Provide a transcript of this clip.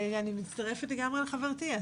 אני לגמרי מצטרפת לחברתי.